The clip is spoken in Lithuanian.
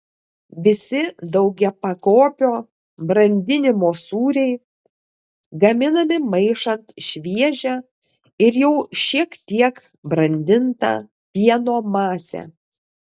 visi daugiapakopio brandinimo sūriai gaminami maišant šviežią ir jau šiek tiek brandintą pieno masę